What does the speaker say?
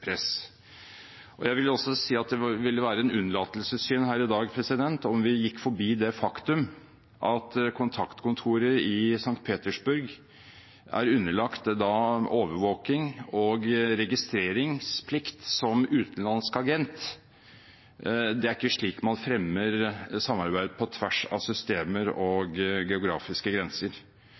press. Jeg vil også si at det ville være en unnlatelsessynd her i dag om vi gikk forbi det faktum at kontaktkontoret i St. Petersburg er underlagt overvåking og registreringsplikt som utenlandsk agent. Det er ikke slik man fremmer samarbeid på tvers av systemer og geografiske grenser.